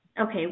okay